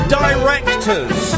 directors